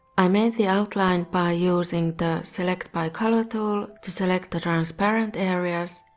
i made the outline by using the select by color tool to select the transparent areas,